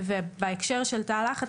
בהקשר של תא לחץ,